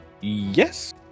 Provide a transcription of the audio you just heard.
Yes